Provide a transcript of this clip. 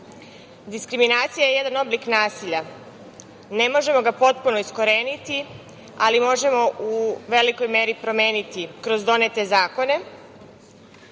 diskriminacije. Diskriminacija je jedan oblik nasilja. Ne možemo ga potpuno iskoreniti, ali možemo u velikoj meri promeniti kroz donete zakone.